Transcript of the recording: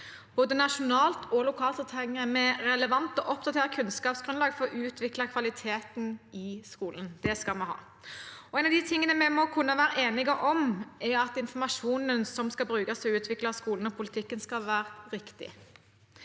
Både nasjonalt og lokalt trenger vi relevant og oppdatert kunnskapsgrunnlag for å utvikle kvaliteten i skolen. Det skal vi ha. En av de tingene vi må kunne være enige om, er at informasjonen som skal brukes til å utvikle skolen og politikken, skal være riktig.